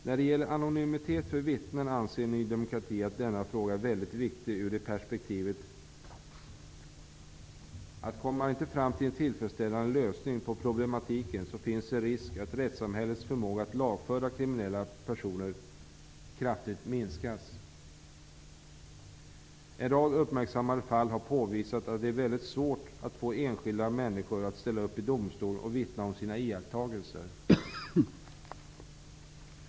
När det gäller anonymitet för vittnen anser Ny demokrati att denna fråga är väldigt viktig. Kommer man inte fram till en tillfredsställande lösning på problematiken finns det risk för att rättssamhällets förmåga att lagföra kriminella personer kraftigt minskas. En rad uppmärksammade fall har påvisat att det är väldigt svårt att få enskilda människor att ställa upp i domstol och vittna om sina iakttagelser.